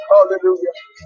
Hallelujah